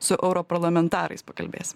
su europarlamentarais pakalbėsim